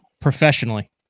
professionally